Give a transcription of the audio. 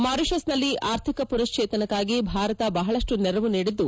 ಮಾರಿಷಸ್ನಲ್ಲಿ ಆರ್ಥಿಕ ಪುನಃಶ್ವೇತನಕ್ಕಾಗಿ ಭಾರತ ಬಹಳಷ್ಟು ನೆರವು ನೀಡಿದ್ದು